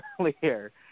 earlier